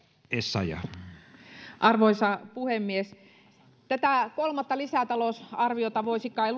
arvoisa puhemies tätä kolmatta lisätalousarviota voisi kai